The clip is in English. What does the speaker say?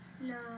No